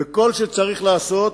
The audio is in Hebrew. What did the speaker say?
וכל שצריך לעשות